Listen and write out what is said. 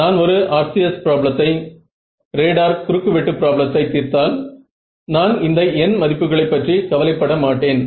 நான் ஒரு RCS பிராப்ளத்தை ரேடார் குறுக்கு வெட்டு பிராப்ளத்தை தீர்த்தால் நான் இந்த n மதிப்புகளை பற்றி கவலைப்பட மாட்டேன்